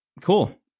Cool